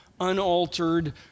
unaltered